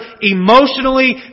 emotionally